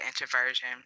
introversion